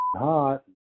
hot